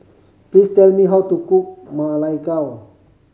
please tell me how to cook Ma Lai Gao